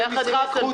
באנו להתארח במשחק חוץ.